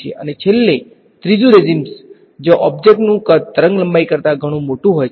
અને છેલ્લે ત્રીજું રેજીમ્સ છે જ્યાં ઓબ્જેક્ટનું કદ તરંગલંબાઇ કરતાં ઘણું મોટું હોય છે